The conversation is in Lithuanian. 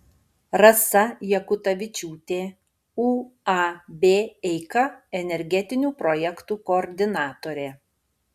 rasa jakutavičiūtė uab eika energetinių projektų koordinatorė